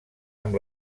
amb